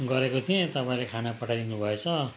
गरेको थिएँ तपाईँले खाना पठाइदिनु भएछ